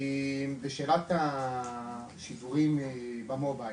לשאלת השידורים במובייל,